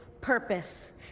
purpose